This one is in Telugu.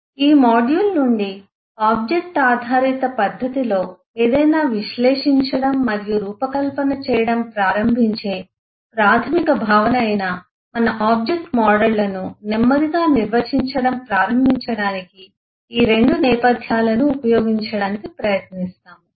ఈ మాడ్యూల్ నుండి ఆబ్జెక్ట్ ఆధారిత పద్ధతిలో ఏదైనా విశ్లేషించడం మరియు రూపకల్పన చేయడం ప్రారంభించే ప్రాథమిక భావన అయిన మన ఆబ్జెక్ట్ మోడళ్లను నెమ్మదిగా నిర్వచించడం ప్రారంభించడానికి ఈ రెండు నేపథ్యాలను ఉపయోగించడానికి ప్రయత్నిస్తాము